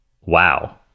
wow